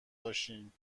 باشیم